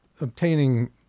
obtaining